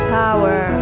power